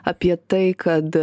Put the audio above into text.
apie tai kad